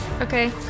Okay